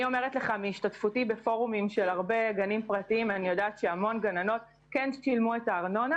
מהשתתפותי בפורום גנים פרטיים אני יודעת שהרבה גננות שילמו ארנונה